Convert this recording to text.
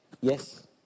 Yes